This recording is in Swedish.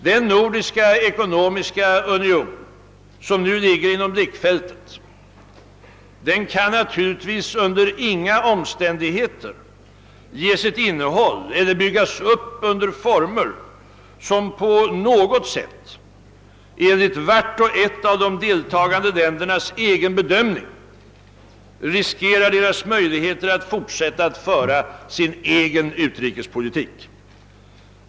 Den nordiska ekonomiska union, som nu ligger inom blickfältet, kan naturligtvis under inga omständigheter ges ett innehåll eller byggas upp under former, som på något sätt enligt vart och ett av de deltagande ländernas egen bedömning riskerar deras möjligheter att fortsätta att föra sin egen utrikespolitik.